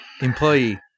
employee